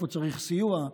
איפה צריך סיוע,